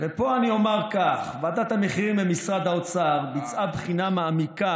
פה אני אומר כך: ועדת המחירים במשרד האוצר ביצעה בחינה מעמיקה